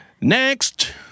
Next